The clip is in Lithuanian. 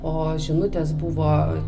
o žinutės buvo